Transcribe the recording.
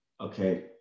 okay